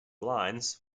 lines